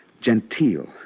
genteel